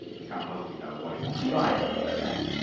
we we can't possibly know what it would be like to be a bat.